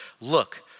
Look